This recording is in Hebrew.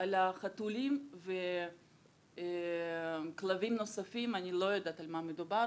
על חתולים וכלבים נוספים אני לא יודעת על מה מדובר.